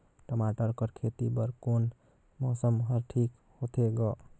टमाटर कर खेती बर कोन मौसम हर ठीक होथे ग?